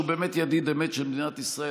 שהוא באמת ידיד אמת של מדינת ישראל,